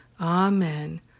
Amen